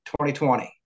2020